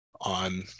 on